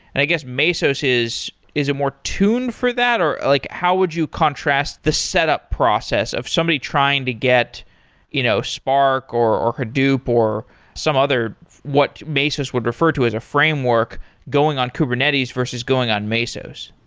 i guess, mesos is is a more tuned for that, or like how would you contrast the setup process of somebody trying to get you know spark, or or hadoop, or some other what mesos would refer to as a framework going on kubernetes, versus going on mesos?